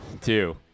Two